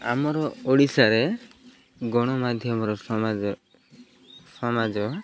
ଆମର ଓଡ଼ିଶାରେ ଗଣମାଧ୍ୟମର ସମାଜ ସମାଜ